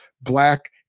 black